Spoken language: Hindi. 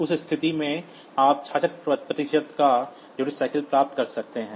उस स्थिति में आप 66 प्रतिशत का उपयोगिता अनुपात प्राप्त कर सकते हैं